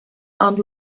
aunt